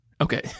Okay